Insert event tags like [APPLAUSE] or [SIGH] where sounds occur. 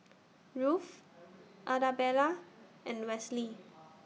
Ruth [NOISE] Arabella and Wesley